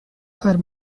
her